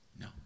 No